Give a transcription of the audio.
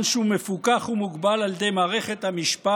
שהוא מפוקח ומוגבל על ידי מערכת המשפט